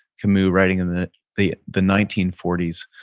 camus writing in the the the nineteen forty s,